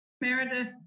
Meredith